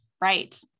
Right